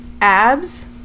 abs